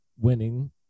winning